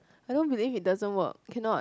I don't believe it doesn't work cannot